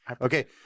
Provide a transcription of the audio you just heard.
Okay